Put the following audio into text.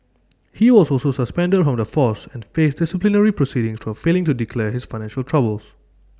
he was also suspended from the force and faced disciplinary proceedings for failing to declare his financial troubles